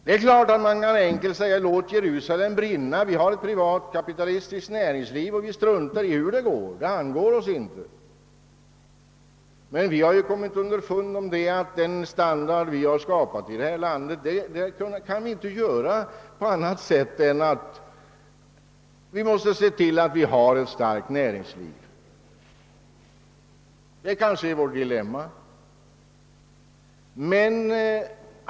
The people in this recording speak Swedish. Det är klart att man kan säga: Låt Jerusalem brinna — vi har ett privatkapitalistiskt näringsliv och vi struntar i hur det går, det angår oss inte! Men vi har ju kommit underfund med att den standard vi skapat i detta land inte kan bibehållas och ytterligare förbättras annat än genom att vi har ett starkt näringsliv. Det är väl vårt dilemma.